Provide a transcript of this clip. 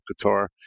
guitar